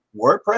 WordPress